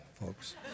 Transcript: folks